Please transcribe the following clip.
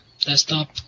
desktop